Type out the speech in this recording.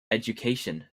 educational